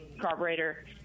carburetor